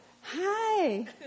Hi